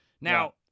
Now